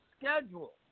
schedule